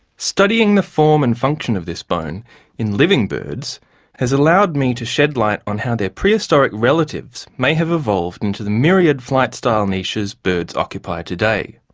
studying the form and function of this bone in living birds has allowed me to shed light on how their prehistoric relatives may have evolved into the myriad flight style niches birds occupy today.